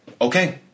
okay